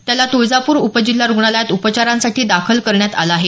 त्याला तुळजापूर उपजिल्हा रुग्णालयात उपचारांसाठी दाखल करण्यात आलं आहे